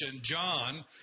John